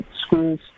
schools